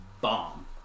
bomb